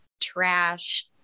trash